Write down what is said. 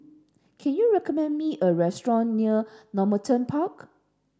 can you recommend me a restaurant near Normanton Park